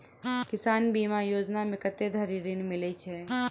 किसान बीमा योजना मे कत्ते धरि ऋण मिलय छै?